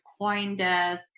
Coindesk